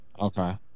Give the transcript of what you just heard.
Okay